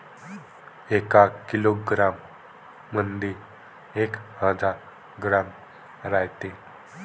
एका किलोग्रॅम मंधी एक हजार ग्रॅम रायते